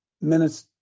minutes